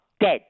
Dead